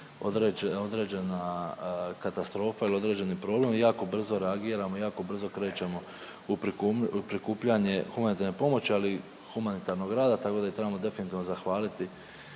određena katastrofa ili određeni problem jako brzo reagiramo i jako brzo krećemo u prikupljanje humanitarne pomoći, ali i humanitarnog rada. Tako da trebamo definitivno zahvaliti